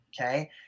Okay